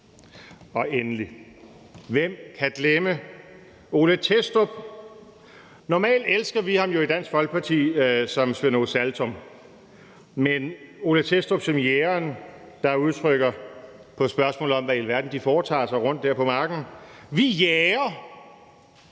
Og endelig: Hvem kan glemme Ole Thestrup? Normalt elsker vi ham jo i Dansk Folkeparti som Svend Åge Saltum, men her er det Ole Thestrup som jægeren, der på spørgsmålet om, hvad i alverden de foretager sig rundt der på marken, udtrykker: